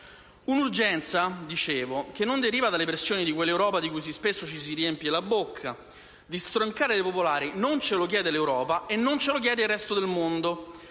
Un'urgenza, dicevo, che non deriva dalle pressioni di quell'Europa con cui spesso ci si riempie la bocca. Di stroncare le popolari non ce lo chiede l'Europa, tantomeno il resto del mondo.